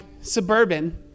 Suburban